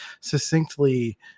succinctly